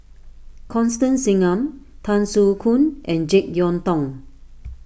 Constance Singam Tan Soo Khoon and Jek Yeun Thong